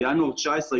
בינואר 2019,